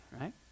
right